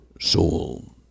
soul